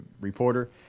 reporter